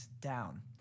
down